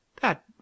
that